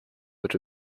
would